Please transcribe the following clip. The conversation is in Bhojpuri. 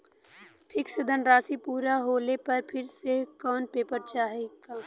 फिक्स धनराशी पूरा होले पर फिर से कौनो पेपर चाही का?